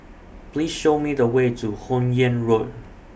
Please Show Me The Way to Hun Yeang Road